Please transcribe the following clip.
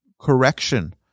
correction